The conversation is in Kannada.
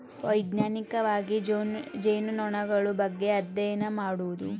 ವೈಜ್ಞಾನಿಕವಾಗಿ ಜೇನುನೊಣಗಳ ಬಗ್ಗೆ ಅದ್ಯಯನ ಮಾಡುದು